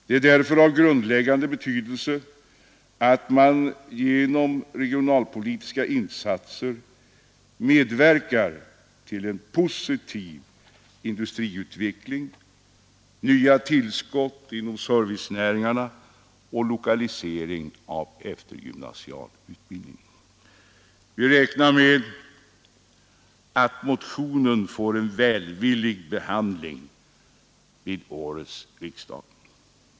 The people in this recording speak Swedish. Det är därför av grundläggande betydelse att man genom regionalpolitiska insatser medverkar till en positiv industriutveckling, nya tillskott inom servicenäringarna och lokalisering av eftergymnasial utbildning. Vi räknar med att motionen får en välvillig behandling vid årets riksdag.